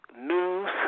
news